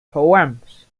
poems